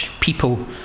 people